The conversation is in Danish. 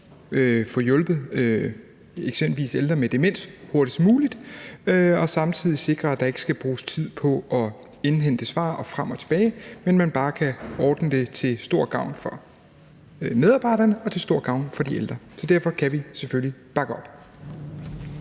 få hjulpet eksempelvis ældre med demens hurtigst muligt og samtidig sikre, at der ikke skal bruges tid på at indhente svar og frem og tilbage, men at man bare kan ordne det til stor gavn for medarbejderne og til stor gavn for de ældre. Derfor kan vi selvfølgelig bakke op.